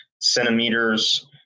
centimeters